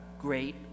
great